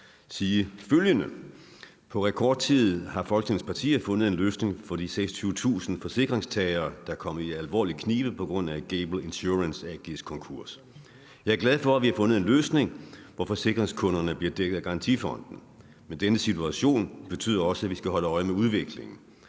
sige følgende: På rekordtid har Folketingets partier fundet en løsning for de 26.000 forsikringstagere, der er kommet i alvorlig knibe på grund af Gable Insurance AG's konkurs. Jeg er glad for, at vi har fundet en løsning, hvor forsikringskunderne bliver dækket af garantifonden. Men denne situation betyder også, at vi skal holde øje med udviklingen,